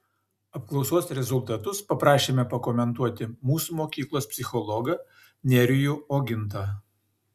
apklausos rezultatus paprašėme pakomentuoti mūsų mokyklos psichologą nerijų ogintą